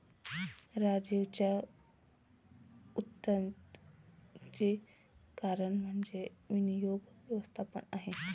राजीवच्या उन्नतीचं कारण म्हणजे विनियोग व्यवस्थापन आहे